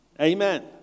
Amen